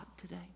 today